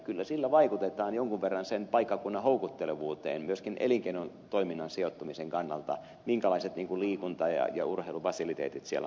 kyllä sillä vaikutetaan jonkun verran sen paikkakunnan houkuttelevuuteen myöskin elinkeinotoiminnan sijoittumisen kannalta minkälaiset liikunta ja urheilufasiliteetit siellä on tarjota